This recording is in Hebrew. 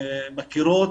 מכירות